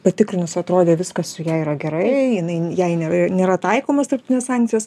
patikrinus atrodė viskas su ja yra gerai jinai jai ne nėra taikomos tarptinės sancijos